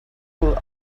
pull